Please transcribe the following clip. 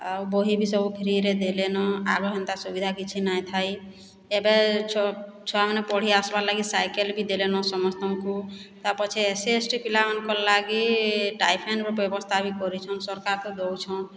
ଆଉ ବହିବି ସବୁ ଫ୍ରିରେ ଦେଲେନ ଆଗ ହେନ୍ତା ସୁବିଧା କିଛି ନାହିଁ ଥାଇ ଏବେ ଛୁଆମାନେ ପଢ଼ି ଆସିବାର ଲାଗି ସାଇକେଲ ବି ଦେଲେନ ସମସ୍ତଙ୍କୁ ତା ପଛେ ଏସ୍ ସି ଏସ୍ ଟି ପିଲାମାନଙ୍କର ଲାଗି ଷ୍ଟାଏଫେନ୍ର ବି ବ୍ୟବସ୍ଥା କରିଛନ୍ ସରକାର ତ ଦେଉଛନ୍